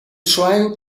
trying